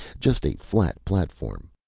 just a flat platform.